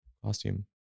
costume